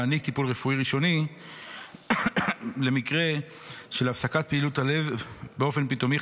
להעניק טיפול רפואי ראשוני למקרה של הפסקת פעילות הלב באופן פתאומי,